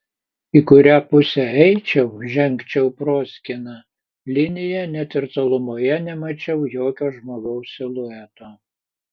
į kurią pusę eičiau žengčiau proskyna linija net ir tolumoje nemačiau jokio žmogaus silueto